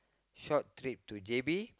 short trip to JB